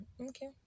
okay